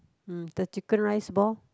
mm the chicken rice ball